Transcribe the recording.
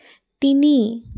তিনি